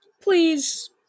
please